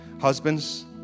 Husbands